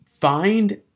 find